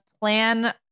plan